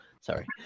sorry